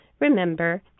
Remember